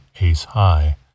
ace-high